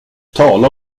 tala